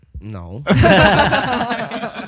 No